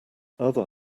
other